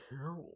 Carol